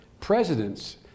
presidents